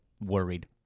worried